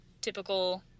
typical